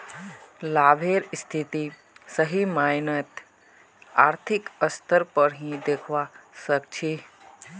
लाभेर स्थिति सही मायनत आर्थिक स्तर पर ही दखवा सक छी